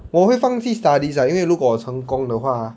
我会放弃 studies lah 因为如果我成功的话 ah